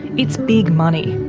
it's big money.